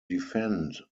defend